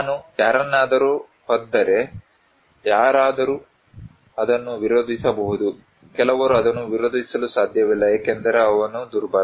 ನಾನು ಯಾರನ್ನಾದರೂ ಒದ್ದರೆ ಯಾರಾದರೂ ಅದನ್ನು ವಿರೋಧಿಸಬಹುದು ಕೆಲವರು ಅದನ್ನು ವಿರೋಧಿಸಲು ಸಾಧ್ಯವಿಲ್ಲ ಏಕೆಂದರೆ ಅವನು ದುರ್ಬಲ